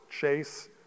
chase